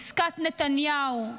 עסקת נתניהו,